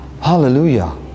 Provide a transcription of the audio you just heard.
hallelujah